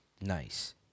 Nice